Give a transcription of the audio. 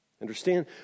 Understand